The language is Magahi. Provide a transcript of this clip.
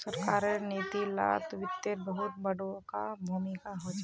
सरकारेर नीती लात वित्तेर बहुत बडका भूमीका होचे